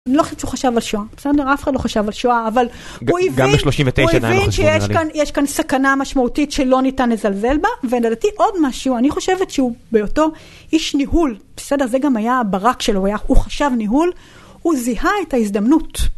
אני לא חושבת שהוא חשב על שואה, בסדר, אף אחד לא חשב על שואה, אבל הוא הבין שיש כאן סכנה משמעותית שלא ניתן לזלזל בה, ולדעתי עוד משהו, אני חושבת שהוא בהיותו איש ניהול, בסדר, זה גם היה הברק שלו, הוא חשב ניהול, הוא זיהה את ההזדמנות.